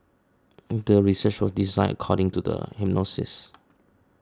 the research was designed according to the hypothesis